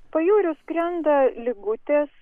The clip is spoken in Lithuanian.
pajūriu skrenda ligutės